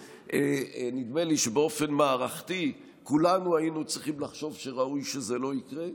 שנדמה לי שבאופן מערכתי כולנו היינו צריכים לחשוב שראוי שזה לא יקרה.